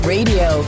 Radio